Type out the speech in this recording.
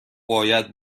باید